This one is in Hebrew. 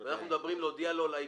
אנחנו מדברים על להודיע לו על העיקול.